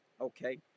okay